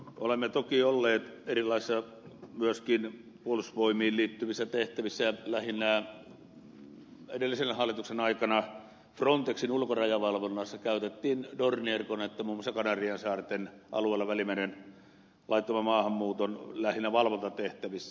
olemme toki olleet erilaisissa myöskin puolustusvoimiin liittyvissä tehtävissä ja lähinnä edellisen hallituksen aikana frontexin ulkorajavalvonnassa käytettiin dornier konetta muun muassa kanariansaarten alueella välimeren laittoman maahanmuuton lähinnä valvontatehtävissä